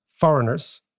foreigners